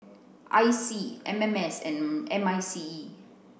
I C M M S and M I C E